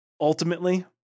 Ultimately